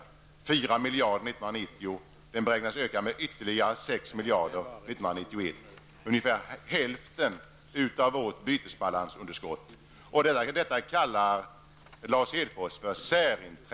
Underskottet var 4 miljarder 1990 och beräknas öka med ytterligare 6 miljarder 1991, ungefär hälften av vårt bytesbalansunderskott. Detta kallar